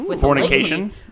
fornication